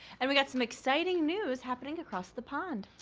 and we got some exciting news happening across the pond.